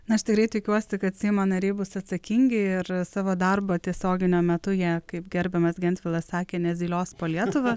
na aš tikrai tikiuosi kad seimo nariai bus atsakingi ir savo darbą tiesioginio metu kaip gerbiamas gentvilas sakė nezylios po lietuvą